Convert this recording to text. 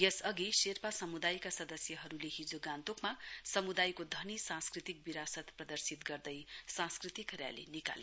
यसअघि शेर्पा समुदायका सदस्यहरुले हिजो गान्तोकमा समुदायको धनी सांस्कृतिक विरासत प्रदर्शित गर्दै सांस्कृतिक रेली निकाले